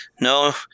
No